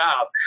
job